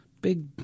big